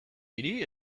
hiri